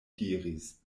diris